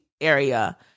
area